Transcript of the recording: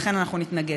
ולכן אנחנו נתנגד.